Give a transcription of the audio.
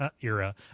era